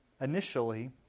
initially